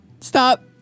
Stop